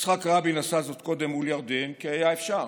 יצחק רבין עשה זאת קודם מול ירדן, כי היה אפשר.